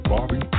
Bobby